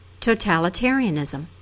totalitarianism